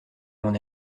mon